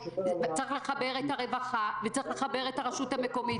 צריך לחבר את הרווחה וצריך לחבר את הרשות המקומית.